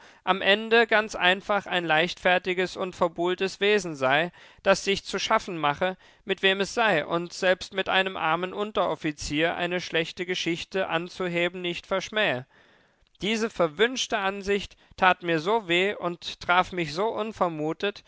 am ende ganz einfach ein leichtfertiges und verbuhltes wesen sei das sich zu schaffen mache mit wem es sei und selbst mit einem armen unteroffizier eine schlechte geschichte anzuheben nicht verschmähe diese verwünschte ansicht tat mir so weh und traf mich so unvermutet